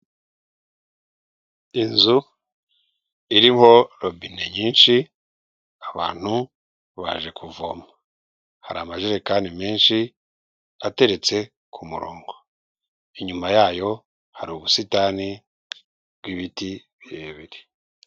inzu irimo robine nyinshi abantu baje kuvoma. Hari amajerekani menshi ateretse ku murongo inyuma yayo hari ubusitani bw'ibiti birebire.